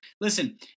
listen